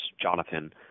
Jonathan